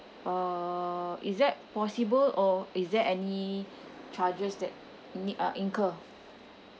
uh is that possible or is there any charges that need uh incur